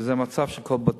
וזה המצב של כל בתי-ההחולים.